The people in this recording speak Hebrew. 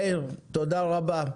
מאיר, תודה רבה על ההבהרה.